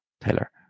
Taylor